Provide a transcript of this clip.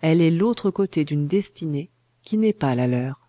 elle est l'autre côté d'une destinée qui n'est pas la leur